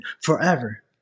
forever